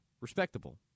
respectable